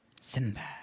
Sinbad